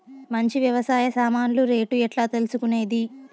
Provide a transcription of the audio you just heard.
మంచి వ్యవసాయ సామాన్లు రేట్లు ఎట్లా తెలుసుకునేది?